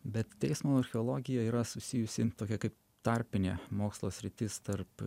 bet teismo archeologija yra susijusi jin tokia kaip tarpinė mokslo sritis tarp